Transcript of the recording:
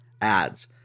ads